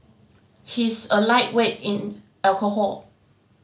he is a lightweight in alcohol